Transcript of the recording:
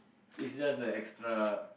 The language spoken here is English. it's just a extra